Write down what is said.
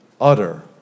Utter